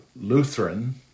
Lutheran